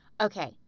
Okay